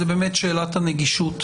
היא שאלת הנגישות